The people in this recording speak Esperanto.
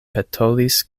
petolis